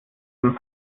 dem